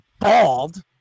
bald